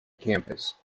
campus